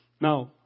Now